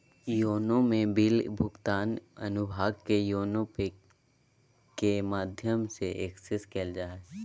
YONO में bill भुगतान अनुभाग के योनो पे के माध्यम से एक्सेस कइल जा हइ